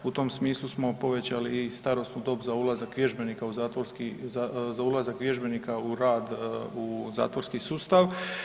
U tom smislu smo povećali i starosnu dob za ulazak vježbenika u zatvorski, za ulazak vježbenika u rad u zatvorski sustav.